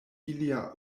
ilia